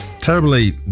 terribly